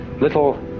little